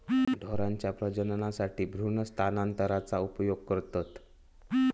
ढोरांच्या प्रजननासाठी भ्रूण स्थानांतरणाचा उपयोग करतत